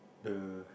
uh